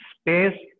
space